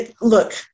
Look